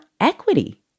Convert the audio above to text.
equity